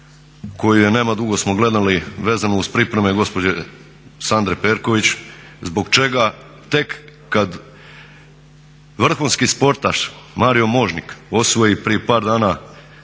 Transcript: koju nema dugo smo gledali vezano uz pripreme gospođe Sandre Perković, zbog čega tek kad vrhunski sportaš Marijo Možnik osvoji prije par dana